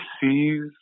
sees